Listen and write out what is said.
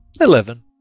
Eleven